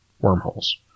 wormholes